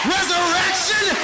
Resurrection